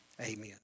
Amen